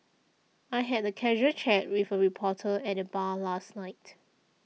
I had a casual chat with a reporter at the bar last night